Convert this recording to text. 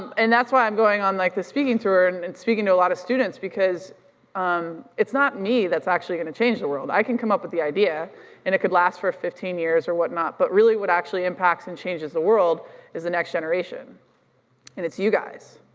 and that's why i'm going on like this speaking tour and and speaking to a lot of students because um it's not me that's actually gonna change the world. i can come up with the idea and it could last for fifteen years or whatnot, but really what actually impacts and changes the world is the next generation and it's you guys.